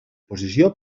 posició